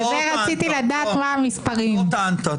לא טענת?